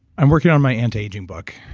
i'm working on my anti-aging book,